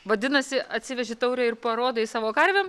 vadinasi atsiveži taurę ir parodai savo karvėm